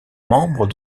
membre